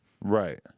Right